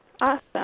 Awesome